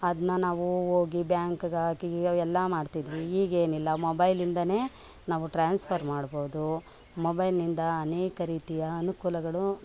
ಅದನ್ನ ನಾವು ಹೋಗಿ ಬ್ಯಾಂಕ್ಗೆ ಹಾಕಿ ಅವೆಲ್ಲ ಮಾಡ್ತಿದ್ವಿ ಈಗೇನಿಲ್ಲ ಮೊಬೈಲ್ನಿಂದಲೇ ನಾವು ಟ್ರಾನ್ಸ್ಫರ್ ಮಾಡ್ಬೋದು ಮೊಬೈಲ್ನಿಂದ ಅನೇಕ ರೀತಿಯ ಅನುಕೂಲಗಳು